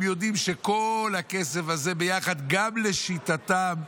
הם יודעים שכל הכסף הזה ביחד גם לשיטתם,